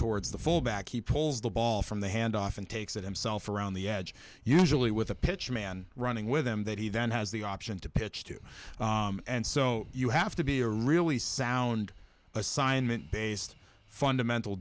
towards the fullback he pulls the ball from the handoff and takes it himself around the edge usually with a pitch man running with him that he then has the option to pitch to and so you have to be a really sound assignment based fundamental